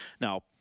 Now